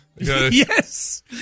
Yes